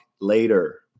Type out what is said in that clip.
later